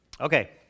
Okay